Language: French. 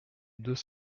deux